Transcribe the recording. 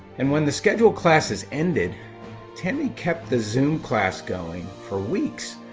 and when the scheduled classes ended tammy kept the zoom class going for weeks,